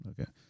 okay